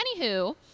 Anywho